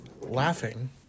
laughing